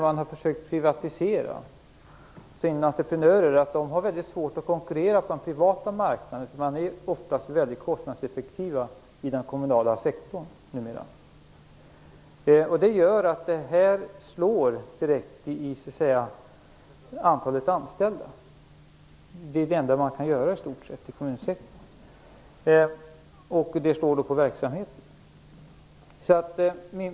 Man har försökt privatisera och tagit in entreprenörer, och det har visat sig vara svårt att konkurrera på den privata marknaden. Numera är man oftast väldigt kostnadseffektiv inom den kommunala sektorn. Det gör att det här slår direkt på antalet anställda - det är i stort sett det enda man kan göra i kommunsektorn - och det slår i sin tur på verksamheten.